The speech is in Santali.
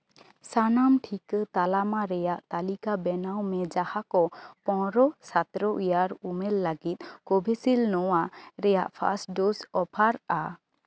ᱥᱟᱱᱟᱢ ᱴᱤᱠᱟᱹ ᱛᱟᱞᱢᱟ ᱨᱮᱭᱟᱜ ᱛᱟᱹᱞᱤᱠᱟ ᱵᱮᱱᱟᱣ ᱢᱮ ᱡᱟᱦᱟᱸ ᱠᱚ ᱯᱚᱱᱨᱚ ᱥᱚᱛᱨᱚ ᱮᱭᱟᱨ ᱩᱢᱮᱨ ᱞᱟᱹᱜᱤᱫ ᱠᱳᱵᱷᱤᱥᱤᱞᱰ ᱱᱚᱶᱟ ᱨᱮᱭᱟᱜ ᱯᱷᱟᱥᱴ ᱰᱳᱥ ᱚᱯᱷᱟᱨ ᱼᱟ